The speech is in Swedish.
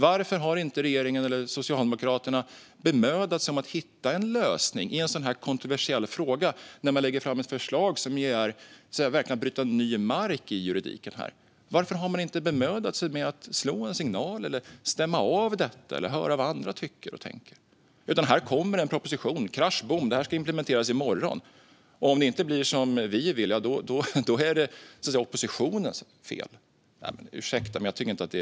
Varför har inte regeringen eller Socialdemokraterna bemödat sig om att hitta en lösning i en sådan här kontroversiell fråga, när man lägger fram ett förslag som verkligen innebär att bryta ny mark i juridiken? Varför har man inte bemödat sig om att slå en signal, stämma av detta eller höra vad andra tycker och tänker? Här kommer en proposition - krasch bom! Det här ska implementeras i morgon, och om det inte blir som vi vill är det oppositionens fel. Det är så ni agerar, Gustaf Lantz.